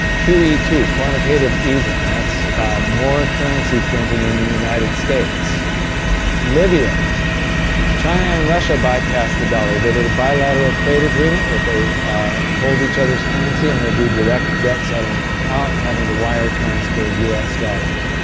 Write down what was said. q e two quantitative easing, that's more currency printing in the united states libya china and russia bypassed the dollar, they did a bilateral trade agreement where they hold each other's currency and they do direct debt settlement without having to wire transfer us dollars